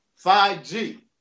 5G